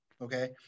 Okay